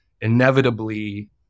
Inevitably